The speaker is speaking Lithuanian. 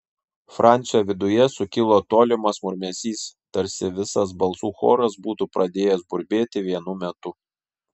francio viduje sukilo tolimas murmesys tarsi visas balsų choras būtų pradėjęs burbėti vienu metu